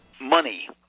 Money